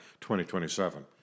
2027